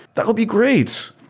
that will be great.